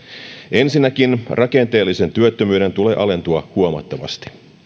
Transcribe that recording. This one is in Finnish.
ensinnäkin rakenteellisen työttömyyden tulee alentua huomattavasti